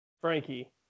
frankie